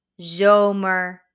zomer